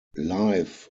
live